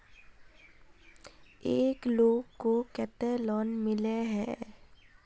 एक लोग को केते लोन मिले है?